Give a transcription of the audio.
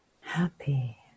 happy